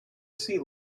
sea